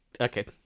Okay